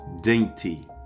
dainty